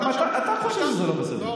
גם אתה חושב שזה לא בסדר.